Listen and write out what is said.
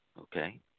okay